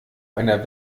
einer